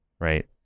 right